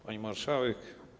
Pani Marszałek!